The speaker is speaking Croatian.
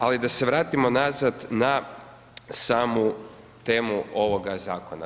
Ali da se vratimo nazad na samu temu ovoga zakona.